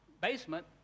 basement